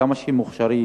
כמה שהם מוכשרים,